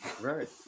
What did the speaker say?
right